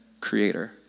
creator